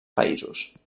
països